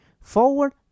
Forward